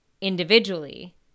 individually